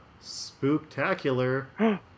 spooktacular